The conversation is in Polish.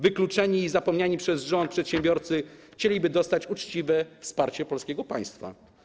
Wykluczeni i zapomniani przez rząd przedsiębiorcy chcieliby dostać uczciwe wsparcie ze strony polskiego państwa.